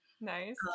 nice